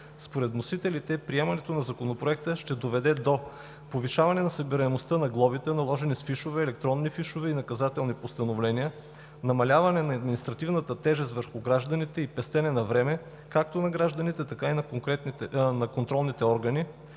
Според вносителите, приемането на Законопроекта ще доведе до: повишаване на събираемостта на глобите наложени с фишове, електронни фишове и наказателни постановления; намаляване на административната тежест върху гражданите и пестене на време, както на гражданите, така и на контролните орган,